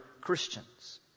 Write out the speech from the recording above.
Christians